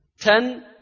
Ten